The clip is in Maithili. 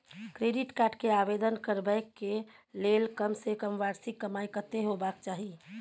क्रेडिट कार्ड के आवेदन करबैक के लेल कम से कम वार्षिक कमाई कत्ते होबाक चाही?